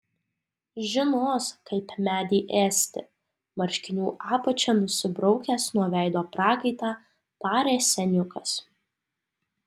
žinos kaip medį ėsti marškinių apačia nusibraukęs nuo veido prakaitą tarė seniukas